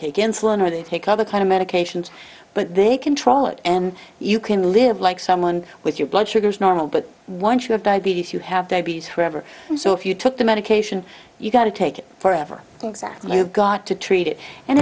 take insulin or they take other kind of medications but they control it and you can live like someone with your blood sugar is normal but once you have diabetes you have diabetes forever so if you took the medication you got to take it for ever exactly you've got to treat it and